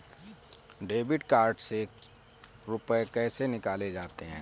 Debit card से रुपये कैसे निकाले जाते हैं?